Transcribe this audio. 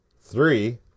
Three